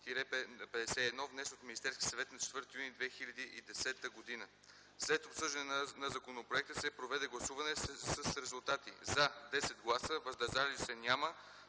002-01-51, внесен от Министерски съвет на 4 юни 2010 г. След обсъждане на законопроекта се проведе гласуване с резултатите: „за” – 10 гласа, „въздържали се” – няма,